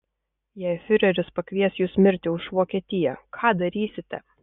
jei fiureris pakvies jus mirti už vokietiją ką darysite